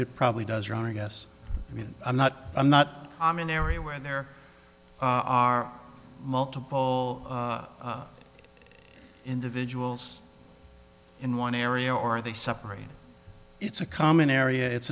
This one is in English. probably does your honor i guess i mean i'm not i'm not i'm an area where there are multiple individuals in one area or are they separate it's a common area it's